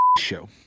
Show